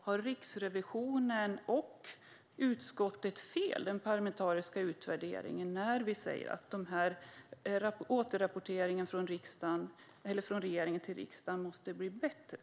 Har Riksrevisionen, utskottet och den parlamentariska utvärderingen fel när vi säger att återrapporteringen från regeringen till riksdagen måste bli bättre?